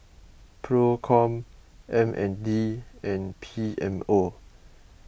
Procom M N D and P M O